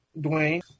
Dwayne